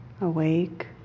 awake